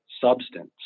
substance